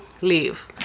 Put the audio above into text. leave